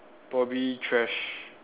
probably trash